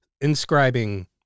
Inscribing